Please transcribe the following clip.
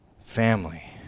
Family